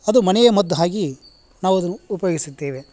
ಅದು ಮನೆಯ ಮದ್ದು ಆಗಿ ನಾವು ಅದನ್ನು ಉಪಯೋಗಿಸುತ್ತೇವೆ